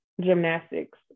gymnastics